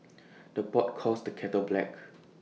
the pot calls the kettle black